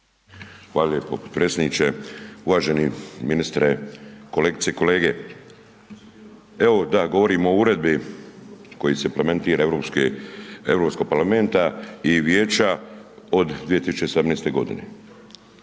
Hvala lijepo predsjedniče, uvaženi ministre, kolegice i kolege, evo da govorimo o uredbi kojom se implementira europske, Europskog parlamenta i Vijeća od 2017. godine